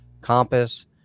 compass